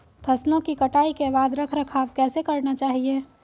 फसलों की कटाई के बाद रख रखाव कैसे करना चाहिये?